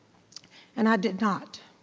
and i did not.